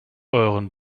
euren